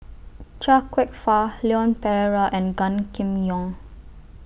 Chia Kwek Fah Leon Perera and Gan Kim Yong